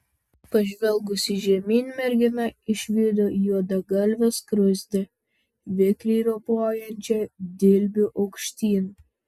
pažvelgusi žemyn mergina išvydo juodagalvę skruzdę vikriai ropojančią dilbiu aukštyn